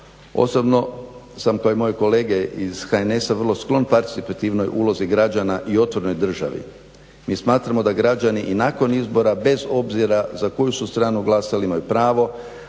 posebno sam kao moje kolege iz HNS-a vrlo sklon parcipativnoj ulozi građana i otvorenoj državi. Mi smatramo da građani i nakon izbora bez obzira za koju su stranu glasali imaju pravo